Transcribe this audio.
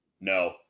No